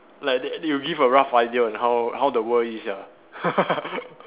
like they they will give a rough idea on how how the world is ah